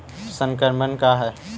संक्रमण का है?